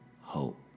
hope